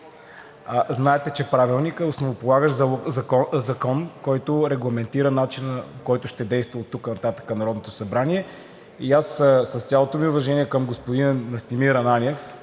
Знаете, че Правилникът е основополагащ закон, регламентиращ начина, по който ще действа оттук нататък Народното събрание. С цялото ми уважение към господин Настимир Ананиев,